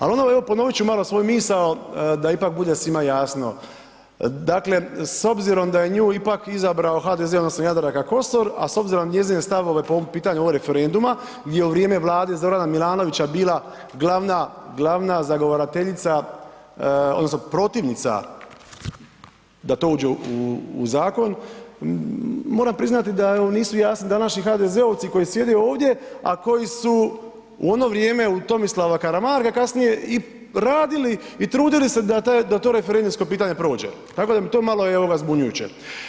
Al ono evo ponovit ću malo svoju misao da ipak bude svima jasno, dakle s obzirom da je nju ipak izabrao HDZ odnosno Jadranka Kosor, a s obzirom na njezine stavove po ovom pitanju ovog referenduma gdje je u vrijeme Vlade Zorana Milanovića bila glavna, glavna zagovarateljica odnosno protivnica da to uđe u zakon, moram priznati da evo nisu jasni današnji HDZ-ovci koji sjede ovdje, a koji su u ono vrijeme u Tomislava Karamarka kasnije i radili i trudili se da to referendumsko pitanje prođe, tako da mi to malo je zbunjujuće.